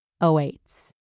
awaits